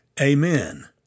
Amen